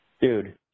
dude